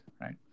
right